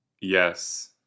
Yes